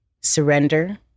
surrender